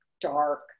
dark